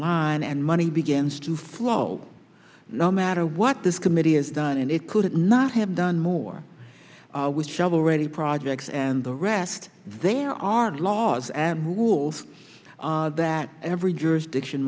online and money begins to flow no matter what this committee has done and it could not have done more with shovel ready projects and the rest there are laws and rules that every jurisdiction